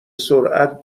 سرعت